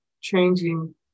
changing